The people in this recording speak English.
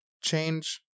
change